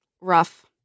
rough